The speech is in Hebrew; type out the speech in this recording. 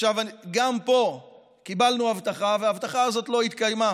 גם פה קיבלנו הבטחה וההבטחה הזאת לא התקיימה.